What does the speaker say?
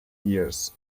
years